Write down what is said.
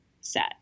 set